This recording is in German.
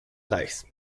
reichs